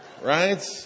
right